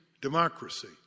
democracy